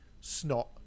Snot